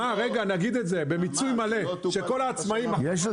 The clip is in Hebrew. מה העלות התקציבית של זה?